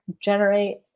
generate